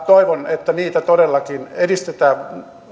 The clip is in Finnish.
toivon että niitä todella edistetään